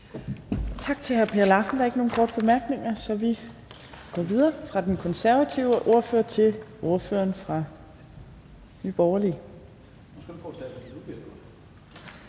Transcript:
Tak til hr. Per Larsen. Der er ikke nogen korte bemærkninger. Så vi går videre fra den konservative ordfører til ordføreren fra Nye Borgerlige.